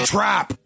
Trap